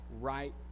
right